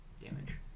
damage